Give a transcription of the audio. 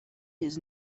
his